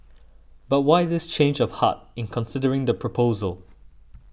but why this change of heart in considering the proposal